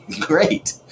great